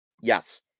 Yes